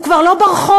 הוא כבר לא ברחוב,